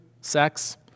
sex